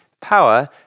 power